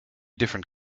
different